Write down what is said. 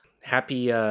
Happy